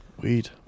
Weed